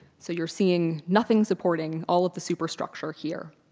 so you're seeing nothing supporting all of the superstructure here.